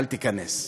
אל תיכנס.